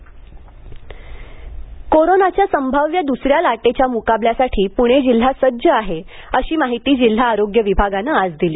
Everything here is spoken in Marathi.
कोरोना दसरी लाट कोरोनाच्या संभाव्य द्सऱ्या लाटेच्या मुकाबल्यासाठी पूणे जिल्हा सज्ज आहे अशी माहिती जिल्हा आरोग्य विभागानं आज दिली